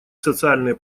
социальные